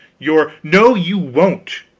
your no you won't,